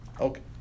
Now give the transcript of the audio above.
Okay